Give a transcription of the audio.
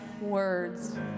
words